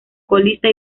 colista